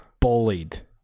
Bullied